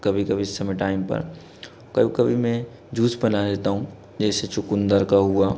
कभी कभी समय टाइम पर कभी कभी मैं जूस बना लेता हूँ जैसे चुकुंदर का हुआ